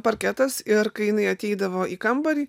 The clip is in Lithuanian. parketas ir kai jinai ateidavo į kambarį